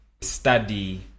study